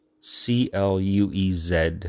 C-L-U-E-Z